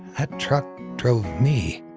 that truck drove me.